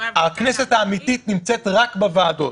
הכנסת האמיתית נמצאת רק בוועדות.